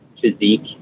physique